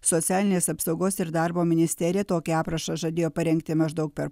socialinės apsaugos ir darbo ministerija tokį aprašą žadėjo parengti maždaug per